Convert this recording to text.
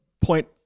Point